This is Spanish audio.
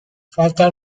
falta